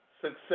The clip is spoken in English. success